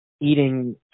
eating